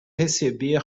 receber